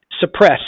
suppress